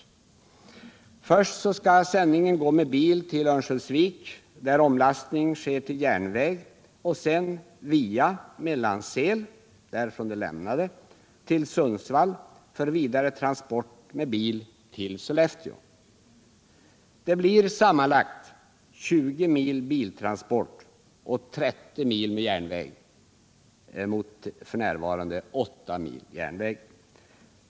Först skall sändningen gå med bil till Örnsköldsvik, där omlastning sker till järnväg, och sedan via Mellansel till Sundsvall för vidare transport med bil till Sollefteå. Det blir sammanlagt 20 mil biltransport och 30 mil med järnväg, mot f. n. 8 mil järnväg.